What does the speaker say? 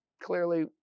clearly